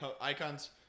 Icon's